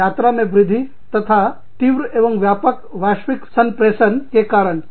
यात्रा में वृद्धि तथा तीव्र एवं व्यापक वैश्विक संप्रेषण के कारण है